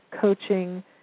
coaching